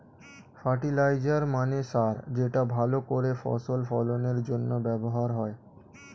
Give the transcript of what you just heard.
fertiliser মানে সার যেটা ভালো করে ফসল ফলনের জন্য ব্যবহার হয়